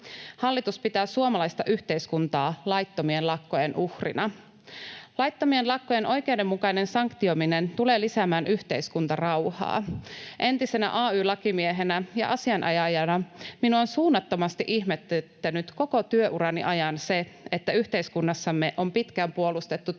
Hallitus pitää suomalaista yhteiskuntaa laittomien lakkojen uhrina. Laittomien lakkojen oikeudenmukainen sanktioiminen tulee lisäämään yhteiskuntarauhaa. Entisenä ay-lakimiehenä ja asianajajana minua on suunnattomasti ihmetyttänyt koko työurani ajan se, että yhteiskunnassamme on pitkään puolustettu työmarkkinoilla